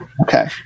Okay